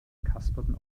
kasperten